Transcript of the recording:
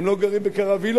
הם לא גרים בקרווילות,